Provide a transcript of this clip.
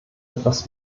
etwas